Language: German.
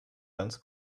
ganz